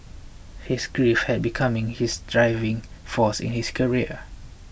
his grief had becoming his driving force in his career